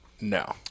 No